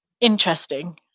interesting